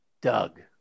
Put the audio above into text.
Doug